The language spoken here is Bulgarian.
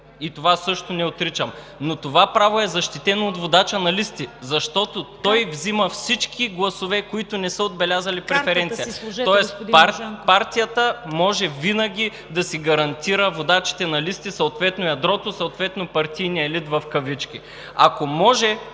и това също не отричам. Но това право е защитено от водача на листи, защото той взима всички гласове, които не са отбелязали преференция. Тоест партията може винаги да си гарантира водачите на листи, съответно ядрото, съответно „партийния елит“. Нашият призив е: